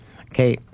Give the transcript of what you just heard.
okay